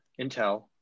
Intel